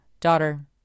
Daughter